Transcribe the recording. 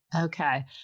Okay